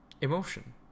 emotion